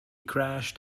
crashed